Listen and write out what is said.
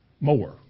more